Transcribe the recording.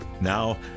Now